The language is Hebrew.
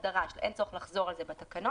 אין צורך לחזור על זה בתקנות.